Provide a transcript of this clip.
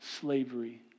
slavery